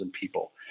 people